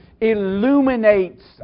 illuminates